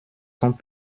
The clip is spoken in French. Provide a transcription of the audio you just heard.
sont